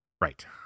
Right